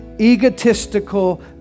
egotistical